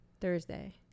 Thursday